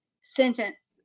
sentence